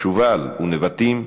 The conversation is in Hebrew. שובל ונבטים,